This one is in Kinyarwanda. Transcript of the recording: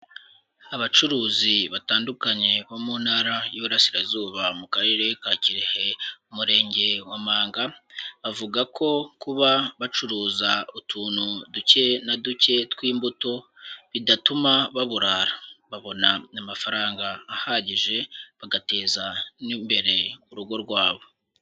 Abacuruzi batandukanye bo mu ntara y'iburasirazuba mu karere ka Kirehe, umurenge wa Mpanga, bavuga ko kuba bacuruza utuntu duke na duke tw'imbuto bidatuma baburara, babona amafaranga ahagije bagateza n'imbere urugo rwabo.